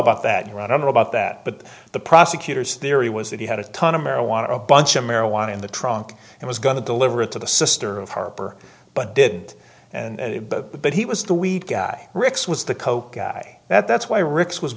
about that here i don't know about that but the prosecutor's theory was that he had a ton of marijuana a bunch of marijuana in the trunk and was going to deliver it to the sister of harper but did and but he was the weak guy ric's was the coke guy that that's why rick's was